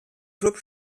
klub